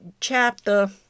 chapter